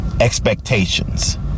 expectations